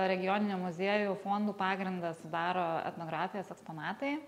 regioninių muziejų fondų pagrindą sudaro etnografijos eksponatai